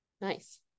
Nice